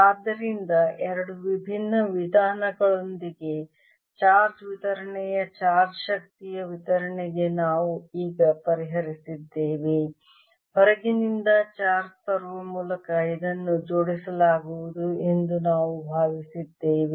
ಆದ್ದರಿಂದ ಎರಡು ವಿಭಿನ್ನ ವಿಧಾನಗಳೊಂದಿಗೆ ಚಾರ್ಜ್ ವಿತರಣೆಯ ಚಾರ್ಜ್ ಶಕ್ತಿಯ ವಿತರಣೆಗೆ ನಾವು ಈಗ ಪರಿಹರಿಸಿದ್ದೇವೆ ಹೊರಗಿನಿಂದ ಚಾರ್ಜ್ ತರುವ ಮೂಲಕ ಇದನ್ನು ಜೋಡಿಸಲಾಗುವುದು ಎಂದು ನಾವು ಭಾವಿಸಿದ್ದೇವೆ